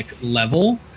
level